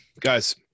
Guys